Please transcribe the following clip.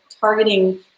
targeting